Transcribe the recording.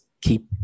keep